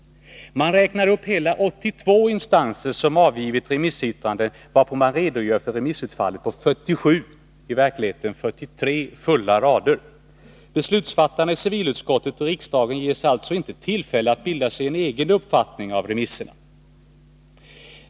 Man räknar upp hela 82 instanser som avgivit remissyttranden varpå man redogör för remissutfallet på 47 rader, i verkligheten 43 fulla rader. Beslutsfattarna i civilutskottet och i riksdagen ges alltså inte tillfälle att bilda sig en egen uppfattning utifrån remissyttrandena.